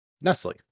nestle